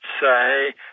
say